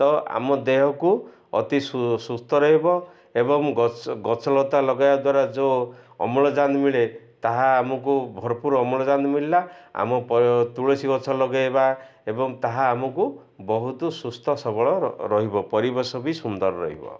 ତ ଆମ ଦେହକୁ ଅତି ସୁସ୍ଥ ରହିବ ଏବଂ ଗଛଲତା ଲଗାଇବା ଦ୍ୱାରା ଯୋଉ ଅମ୍ଳଜାନ୍ ମିଳେ ତାହା ଆମକୁ ଭରପୁର ଅମ୍ଳଜାନ୍ ମିଳିଲା ଆମ ତୁଳସୀ ଗଛ ଲଗେଇବା ଏବଂ ତାହା ଆମକୁ ବହୁତ ସୁସ୍ଥ ସବଳ ରହିବ ପରିବେଶ ବି ସୁନ୍ଦର ରହିବ